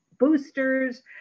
boosters